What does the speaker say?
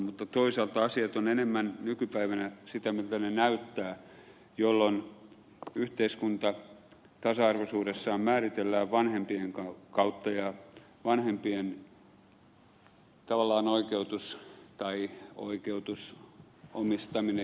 mutta toisaalta asiat ovat enemmän nykypäivänä sitä miltä ne näyttävät jolloin yhteiskunta tasa arvoisuudessaan määritellään vanhempien kautta on vanhempien tavallaan oikeutus tai omistaminen